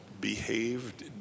behaved